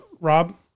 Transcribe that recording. Rob